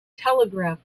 telegraph